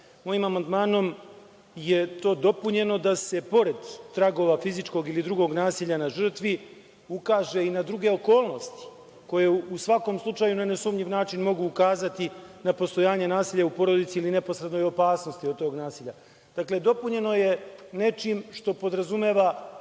akt. Mojim amandmanom je to dopunjeno da se pored tragova fizičkog ili drugog nasilja na žrtvi ukaže i na druge okolnosti, koje, u svakom slučaju, na nesumnjiv način mogu ukazati na postojanje nasilja u porodici ili neposrednoj opasnosti od tog nasilja. Dakle, dopunjeno je nečim što podrazumeva